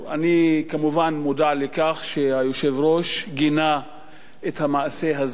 אני כמובן מודע לכך שהיושב-ראש גינה את המעשה הזה,